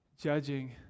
judging